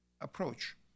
approach